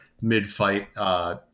mid-fight